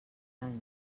any